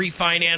refinance